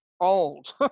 old